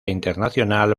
internacional